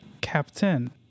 captain